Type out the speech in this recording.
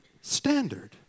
standard